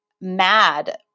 mad